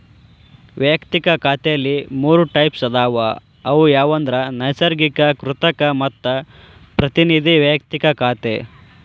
ವಯಕ್ತಿಕ ಖಾತೆಲಿ ಮೂರ್ ಟೈಪ್ಸ್ ಅದಾವ ಅವು ಯಾವಂದ್ರ ನೈಸರ್ಗಿಕ, ಕೃತಕ ಮತ್ತ ಪ್ರತಿನಿಧಿ ವೈಯಕ್ತಿಕ ಖಾತೆ